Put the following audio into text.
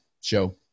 show